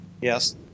yes